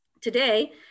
Today